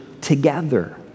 together